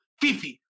Fifi